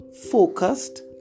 focused